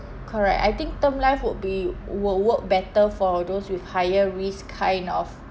correct I think term life would be will work better for those with higher risk kind of